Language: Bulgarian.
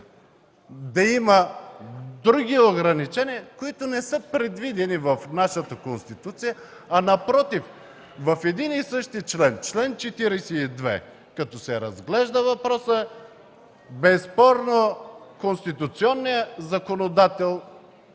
да има други ограничения, които не са предвидени в нашата Конституция, а напротив – в един и същи член, чл. 42, като се разглежда въпросът, безспорно конституционният законодател